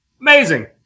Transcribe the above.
Amazing